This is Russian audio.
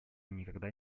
никогда